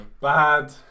Bad